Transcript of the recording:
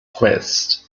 quest